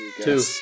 Two